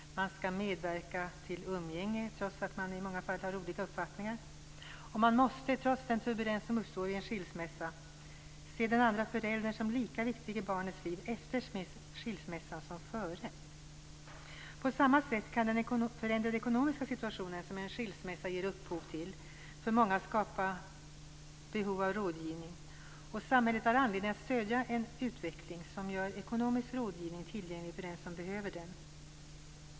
Man skall medverka till umgänge trots att man i många fall har olika uppfattningar. Man måste trots den turbulens som uppstår vid en skilsmässa se den andra föräldern som lika viktig i barnets liv efter skilsmässan som före. På samma sätt kan den förändrade ekonomiska situationen som en skilsmässa ger upphov till för många skapa behov av rådgivning. Samhället har anledning att stödja en utveckling som gör ekonomisk rådgivning tillgänglig för den som behöver den.